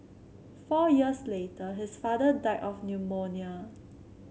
four years later his father died of pneumonia